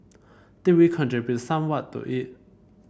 did we contribute somewhat to it